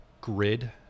grid